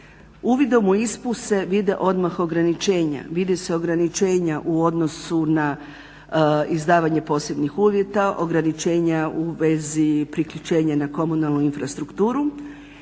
Uvidom u ISPU se vide odmah ograničenja, vidi se ograničenje u odnosu na izdavanje posebnih uvjeta, ograničenja u vezi priključenja na komunalnu infrastrukturu